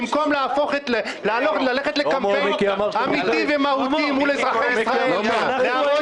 במקום ללכת לקמפיין אמיתי ומהותי מול אזרחי ישראל --- שלמה,